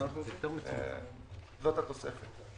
זו התוספת.